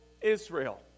Israel